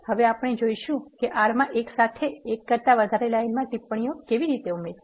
હવે આપણે જોઈશું કે R માં એક સાથે એક કરતા વધારે લાઇનમાં ટિપ્પણીઓ કેવી રીતે ઉમેરવી